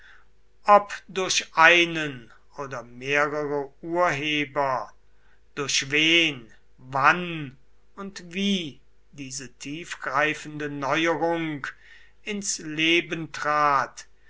ob durch einen oder mehrere urheber durch wen wann und wie diese tiefgreifende neuerung ins leben trat